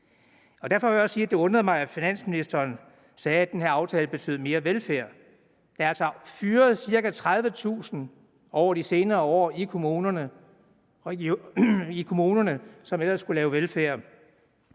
Derfor vil jeg også sige, at det undrede mig, at finansministeren sagde, at den her aftale betød mere velfærd. Der er altså blevet fyret ca. 30.000 i kommunerne over de senere år, i de kommuner, som ellers skulle lave velfærd,